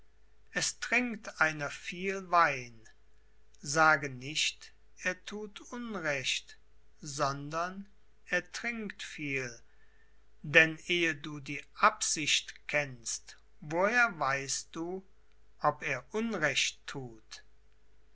es trinkt einer viel wein sage nicht er thut unrecht sondern er trinkt viel denn ehe du die absicht kennst woher weißt du ob er unrecht thut